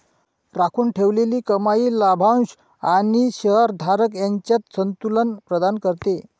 राखून ठेवलेली कमाई लाभांश आणि शेअर धारक यांच्यात संतुलन प्रदान करते